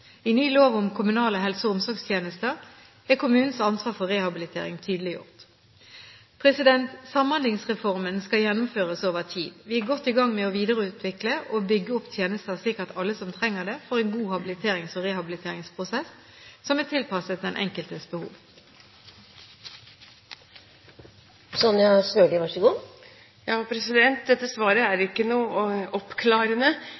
I ny lov om kommunale helse- og omsorgstjenester er kommunens ansvar for rehabilitering tydeliggjort. Samhandlingsreformen skal gjennomføres over tid. Vi er godt i gang med å videreutvikle og bygge opp tjenester slik at alle som trenger det, får en god habiliterings- og rehabiliteringsprosess som er tilpasset den enkeltes behov. Dette svaret er ikke noe oppklarende. Jeg er